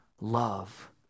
love